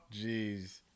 Jeez